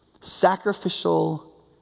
sacrificial